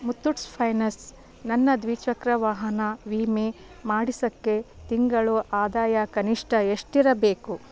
Muthoots finance ನನ್ನ ದ್ವಿಚಕ್ರ ವಾಹನ ವಿಮೆ ಮಾಡಿಸೋಕ್ಕೆ ತಿಂಗಳ ಆದಾಯ ಕನಿಷ್ಠ ಎಷ್ಟಿರಬೇಕು